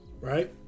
right